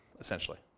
essentially